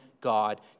God